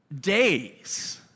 days